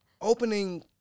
Opening